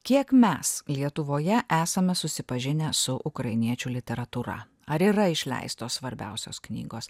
kiek mes lietuvoje esame susipažinę su ukrainiečių literatūra ar yra išleistos svarbiausios knygos